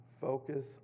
Focus